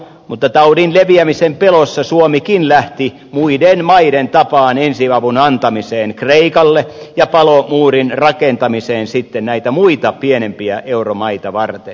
mutta taudin leviämisen pelossa suomikin lähti muiden maiden tapaan ensiavun antamiseen kreikalle ja palomuurin rakentamiseen sitten näitä muita pienempiä euromaita varten